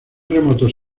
remotos